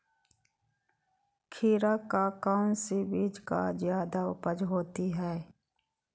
खीरा का कौन सी बीज का जयादा उपज होती है?